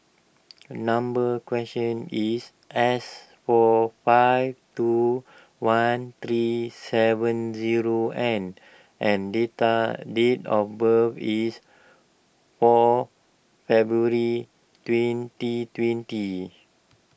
number question is S four five two one three seven zero N and date day of birth is four February twenty tenty